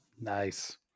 Nice